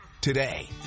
today